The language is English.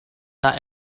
that